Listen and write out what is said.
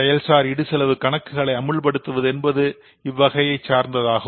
செயல்சார் இடுசெலவு கணக்குகளை அமுல்படுத்துவது என்பது இவ்வகையைச் சார்ந்ததாகும்